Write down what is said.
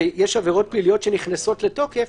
ויש עבירות פליליות שנכנסות לתוקף,